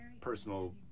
personal